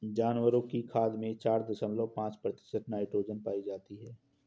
जानवरों की खाद में चार दशमलव पांच प्रतिशत नाइट्रोजन पाई जाती है